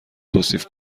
توصیف